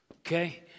okay